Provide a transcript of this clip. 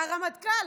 הרמטכ"ל,